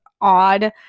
odd